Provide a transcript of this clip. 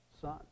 son